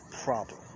problem